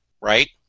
right